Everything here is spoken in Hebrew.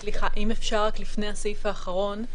אם אפשר לפני הסעיף האחרון,